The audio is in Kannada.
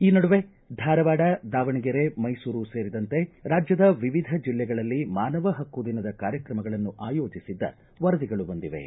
ಈ ನಡುವೆ ಧಾರವಾಡ ದಾವಣಗೆರೆ ಮೈಸೂರು ಸೇರಿದಂತೆ ರಾಜ್ಯದ ವಿವಿಧ ಜಿಲ್ಲೆಗಳಲ್ಲಿ ಮಾನವ ಹಕ್ಕು ದಿನದ ಕಾರ್ಯಕ್ರಮಗಳನ್ನು ಆಯೋಜಿಸಿದ್ದ ವರದಿಗಳು ಬಂದಿವೆ